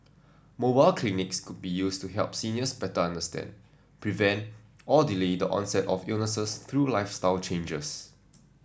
mobile clinics could be used to help seniors better understand prevent or delay the onset of illnesses through lifestyle changes